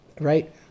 right